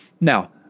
Now